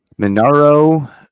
Minaro